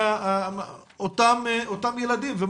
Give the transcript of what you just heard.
צריך להסתכל על העתיד בעתיד אני רואה את הילדים,